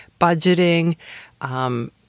budgeting